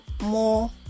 more